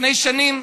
לפני שנים.